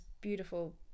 beautiful